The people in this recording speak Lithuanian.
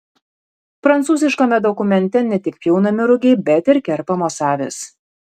prancūziškame dokumente ne tik pjaunami rugiai bet ir kerpamos avys